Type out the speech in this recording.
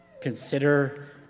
consider